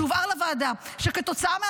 שהובהר לוועדה שכתוצאה מהתיקון,